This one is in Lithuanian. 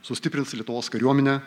sustiprins lietuvos kariuomenę